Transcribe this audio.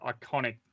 iconic